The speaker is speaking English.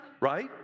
right